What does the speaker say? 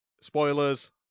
spoilers